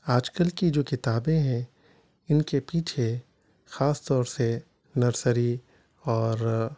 آج کل کی جو کتابیں ہیں ان کے پیچھے خاص طور سے نرسری اور